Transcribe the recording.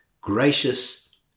gracious